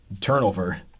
turnover